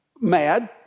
mad